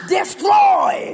Destroy